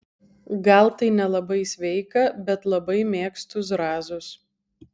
gal tai nelabai sveika bet labai mėgstu zrazus